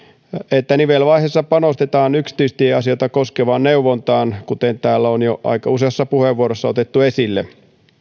että nivelvaiheessa panostetaan yksityistieasioita koskevaan neuvontaan kuten täällä on jo aika useassa puheenvuorossa otettu esille